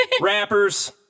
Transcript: rappers